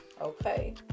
Okay